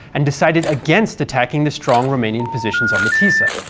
and decided against attacking the strong romanian positions on the tisza.